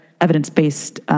evidence-based